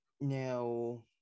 Now